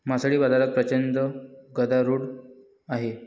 मासळी बाजारात प्रचंड गदारोळ आहे